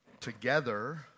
together